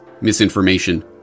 misinformation